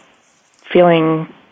feeling